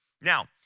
Now